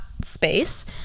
space